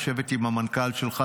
לשבת עם המנכ"ל שלך,